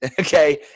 Okay